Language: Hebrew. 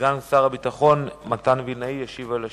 סגן שר הביטחון מתן וילנאי ישיב על שאילתות.